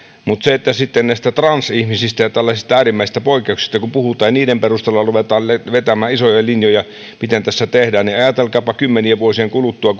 mutta kun sitten näistä transihmisistä ja tällaisista äärimmäisistä poikkeuksista puhutaan ja niiden perusteella ruvetaan vetämään isoja linjoja miten tässä tehdään niin ajatelkaapa kymmenien vuosien kuluttua